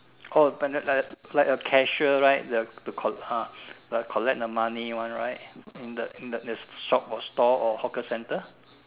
oh like the like a cashier right the the col~ ah like collect the money one right in the in the shop or stall or hawker center